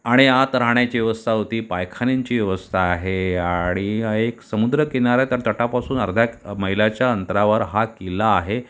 आणि आत राहण्याची व्यवस्था होती पायखान्यांची व्यवस्था आहे आणि एक समुद्रकिनारा तर तटापासून अर्ध्या मैलाच्या अंतरावर हा किल्ला आहे